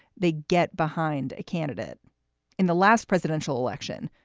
they get behind a candidate in the last presidential election.